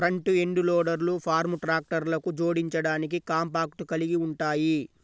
front end లోడర్లు farm ట్రాక్టర్లకు జోడించడానికి కాంపాక్ట్ కలిగి ఉంటాయి